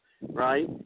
Right